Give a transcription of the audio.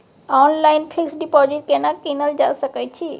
Online fix deposit केना कीनल जा सकै छी?